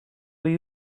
will